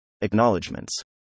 Acknowledgements